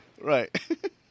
Right